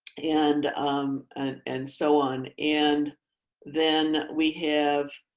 and um and and so on. and then we have